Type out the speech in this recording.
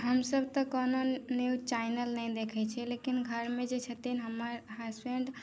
हमसब तऽ कोनो न्यूज चैनल नहि देखै छी लेकिन घर मे जे छथिन हमर हसबैंड